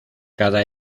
cada